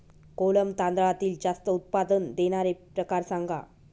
कोलम तांदळातील जास्त उत्पादन देणारे प्रकार सांगा